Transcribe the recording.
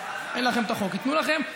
אין לכם את החוק ייתנו לכם.